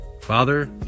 Father